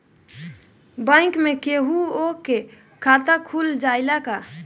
Bank में केहूओ के खाता खुल जाई का?